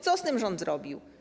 Co z tym rząd zrobił?